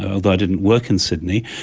although i didn't work in sydney,